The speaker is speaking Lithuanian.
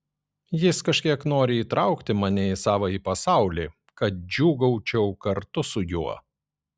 jis kažkiek nori įtraukti mane į savąjį pasaulį kad džiūgaučiau kartu su juo